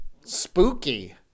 spooky